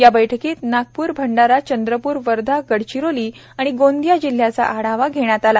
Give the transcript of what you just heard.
या बैठकीत नागपूर भंडारा चंद्रपूर वर्धा गडचिरोली आणि गोंदिया जिल्ह्याचा आढावा घेण्यात आला